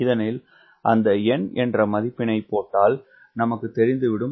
இதனில் அந்த n என்ற மதிப்பினை போட்டால் நமக்கு தெரிந்துவிடும்